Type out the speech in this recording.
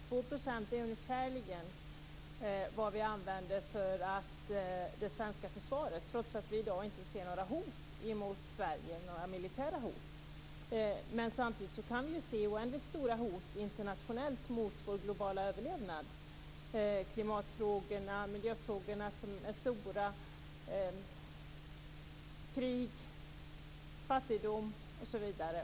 2 % är ju ungefärligen vad vi använder för det svenska försvaret, trots att vi i dag inte ser några militära hot mot Sverige. Samtidigt kan vi ju se oändligt stora hot internationellt mot vår globala överlevnad. Klimat och miljöfrågorna är stora, liksom frågorna om krig, fattigdom osv.